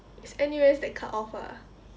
it's N_U_S that cut off ah